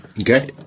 Okay